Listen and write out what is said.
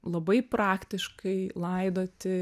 labai praktiškai laidoti